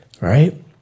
right